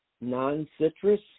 non-citrus